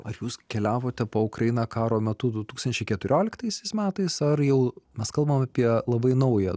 ar jūs keliavote po ukrainą karo metu du tūkstančiai keturioliktaisiais metais ar jau mes kalbam apie labai naują